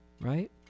Right